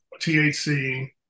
THC